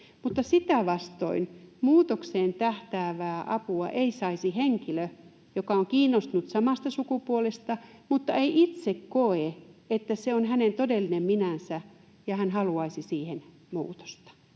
sitä vastoin muutokseen tähtäävää apua ei saisi henkilö, joka on kiinnostunut samasta sukupuolesta mutta ei itse koe, että se on hänen todellinen minänsä, ja haluaisi siihen muutosta.